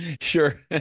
Sure